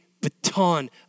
baton